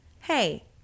hey